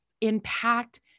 impact